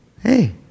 Hey